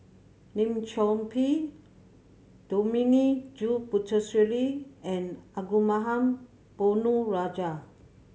Lim Chor Pee Dominic J Puthucheary and Arumugam Ponnu Rajah